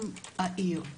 עם העיר.